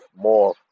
more